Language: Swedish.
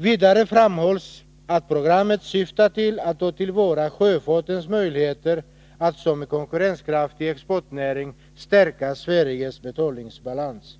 Vidare framhålls att programmet syftar till att ta till vara sjöfartens möjligheter att som konkurrenskraftig exportnäring stärka Sveriges betalningsbalans.